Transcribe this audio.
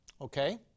Okay